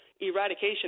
eradication